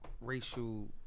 racial